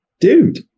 dude